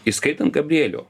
įskaitant gabrielių